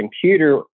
computer